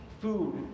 Food